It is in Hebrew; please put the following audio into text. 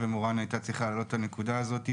ומורן הייתה צריכה להעלות את הנקודה הזאת.